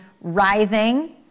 writhing